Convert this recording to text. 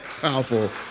powerful